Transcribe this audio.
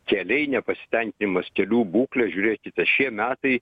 keliai nepasitenkinimas kelių būkle žiūrėkite šie metai